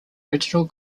original